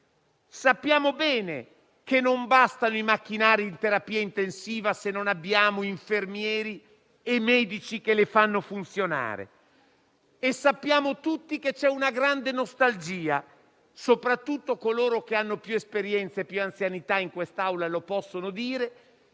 Sappiamo bene che non bastano i macchinari in terapia intensiva, se non abbiamo infermieri e medici che li fanno funzionare. Sappiamo tutti che c'è una grande nostalgia - e soprattutto coloro che hanno più esperienza e più anzianità in quest'Aula lo possono dire